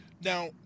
Now